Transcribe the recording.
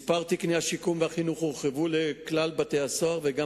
מספר תקני השיקום והחינוך הורחב לכלל בתי-הסוהר וגם